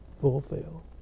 fulfill